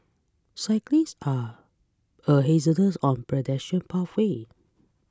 cyclists are a hazards on pedestrian pathways